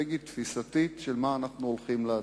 האסטרטגית-התפיסתית של מה אנחנו הולכים לעשות.